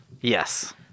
Yes